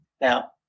Now